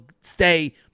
stay